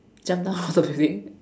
jump down the building